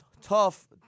tough